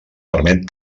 permet